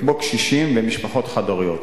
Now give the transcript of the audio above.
כמו קשישים ומשפחות חד-הוריות.